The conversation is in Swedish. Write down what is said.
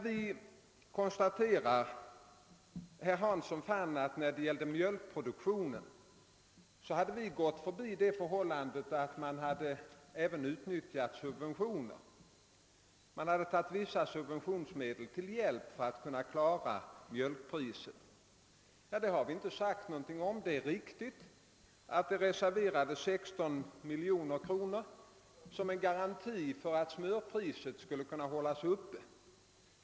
Herr Hansson fann att när det gällde mjölkproduktionen hade vi gått förbi det förhållandet att man hade tagit vissa subventionsmedel till hjälp för att kunna sänka mjölkpriset. Det är riktigt att 16 miljoner kronor reserverades som en garanti för att smörpriset skulle kunna hållas uppe.